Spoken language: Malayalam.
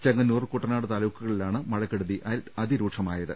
ചെങ്ങന്നൂർ കുട്ടനാട് താലൂക്കുകളിലാണ് മഴക്കെടുതി അതിരൂക്ഷമായത്